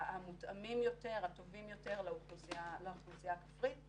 המותאמים יותר, הטובים יותר לאוכלוסייה הכפרית.